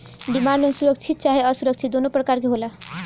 demand loan सुरक्षित चाहे असुरक्षित दुनो प्रकार के होला